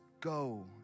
go